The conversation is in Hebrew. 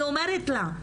אני אומרת לה,